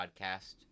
podcast